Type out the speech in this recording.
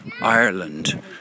Ireland